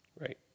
Right